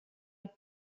its